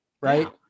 right